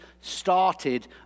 started